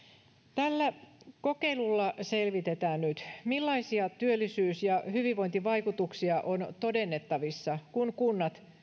tällä kokeilulla selvitetään nyt millaisia työllisyys ja hyvinvointivaikutuksia on todennettavissa kun kunnat